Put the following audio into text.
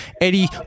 Eddie